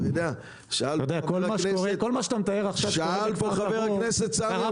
אתה יודע --- שר החקלאות ופיתוח הכפר עודד